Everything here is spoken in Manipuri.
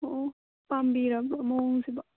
ꯑꯣ ꯄꯥꯝꯕꯤꯔꯕ꯭ꯔꯣ ꯃꯑꯣꯡꯁꯤꯕꯣ